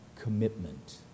Commitment